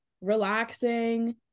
relaxing